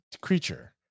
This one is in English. creature